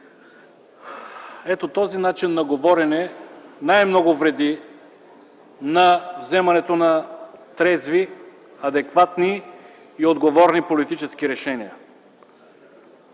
Ето този начин на говорене най-много вреди на вземането на трезви, адекватни и отговорни политически решения.